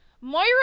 moira